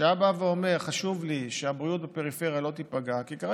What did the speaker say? היה אומר: חשוב לי שהבריאות בפריפריה